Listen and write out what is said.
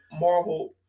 Marvel